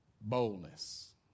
Boldness